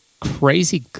crazy